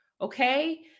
Okay